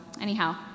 Anyhow